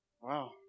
Wow